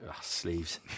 Sleeves